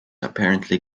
apparently